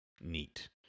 neat